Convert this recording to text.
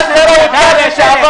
סגן שר האוצר לשעבר